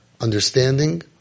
understanding